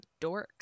dorks